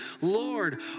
Lord